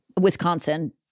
Wisconsin